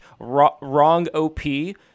WrongOp